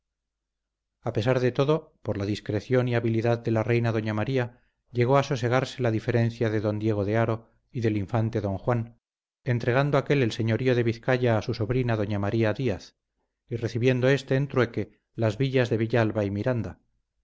a pesar de todo por la discreción y habilidad de la reina doña maría llegó a sosegarse la diferencia de don diego de haro y del infante don juan entregando aquél el señorío de vizcaya a su sobrina doña maría díaz y recibiendo éste en trueque las villas de villalba y miranda